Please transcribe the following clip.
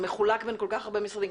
זה מחולק בין כל כך הרבה משרדים.